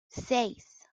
seis